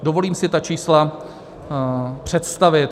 Dovolím si ta čísla představit.